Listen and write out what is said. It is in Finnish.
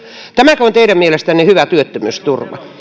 tämäkö on teidän mielestänne hyvä työttömyysturva